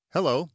Hello